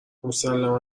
مسلما